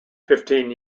fifteen